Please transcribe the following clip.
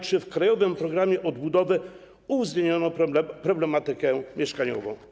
Czy w krajowym programie odbudowy uwzględniono problematykę mieszkaniową?